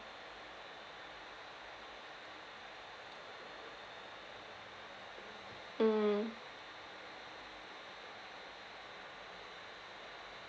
mm